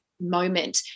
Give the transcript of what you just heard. moment